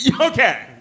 Okay